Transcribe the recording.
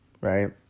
right